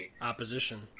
Opposition